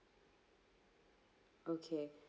okay